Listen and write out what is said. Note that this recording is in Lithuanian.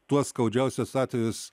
tuos skaudžiausius atvejus